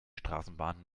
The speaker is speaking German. straßenbahn